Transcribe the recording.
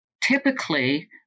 typically